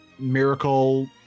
miracle